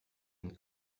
and